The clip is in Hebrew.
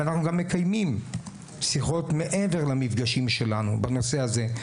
ואנחנו גם מקיימים שיחות מעבר למפגשים שלנו בנושא הזה.